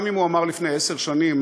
גם אם הוא אמר לפני עשר שנים,